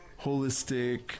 holistic